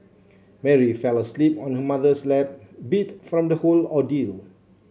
Mary fell asleep on her mother's lap beat from the whole ordeal